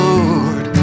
Lord